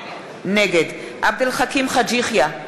נגד עבד אל חכים חאג' יחיא,